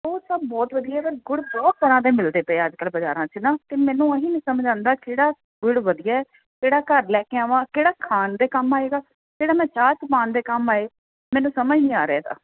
ਉਹ ਤਾਂ ਬਹੁਤ ਵਧੀਆ ਪਰ ਗੁੜ ਬਹੁਤ ਤਰਹਾਂ ਦੇ ਮਿਲਦੇ ਪਏ ਆ ਅੱਜਕਲ ਬਾਜ਼ਾਰਾਂ ਚ ਨਾ ਤੇ ਮੈਨੂੰ ਇਹੀ ਨਹੀਂ ਸਮਝ ਆਉਂਦਾ ਕਿਹੜਾ ਗੁੜ ਵਧੀਆ ਜਿਹੜਾ ਘਰ ਲੈ ਕੇ ਆਵਾਂ ਕਿਹੜਾ ਖਾਣ ਦੇ ਕੰਮ ਆਏਗਾ ਕਿਹੜਾ ਮੈਂ ਚਾਹ ਚ ਪਾਉਣ ਦੇ ਕੰਮ ਆਏ ਮੈਨੂੰ ਸਮਝ ਨਹੀਂ ਆ ਰਿਹਾ ਇਹਦਾ